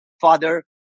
father